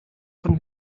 von